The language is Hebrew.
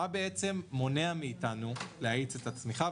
מה מונע מאתנו להאיץ את הצמיחה?